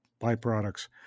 byproducts